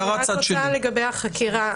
לגבי החקירה,